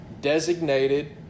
designated